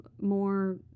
more